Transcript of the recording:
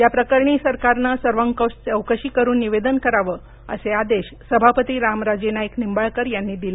याप्रकरणी सरकारनं सर्वंकष चौकशी करून निवेदन करावं असे आदेश सभापती रामराजे नाईक निंबाळकर यांनी दिले